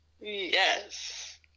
Yes